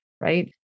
right